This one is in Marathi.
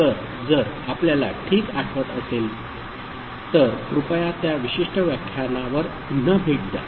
तर जर आपल्याला ठीक आठवत असेल तर कृपया त्या विशिष्ट व्याख्यानावर पुन्हा भेट द्या